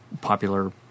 popular